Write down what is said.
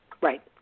Right